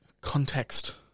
context